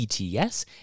ETS